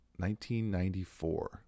1994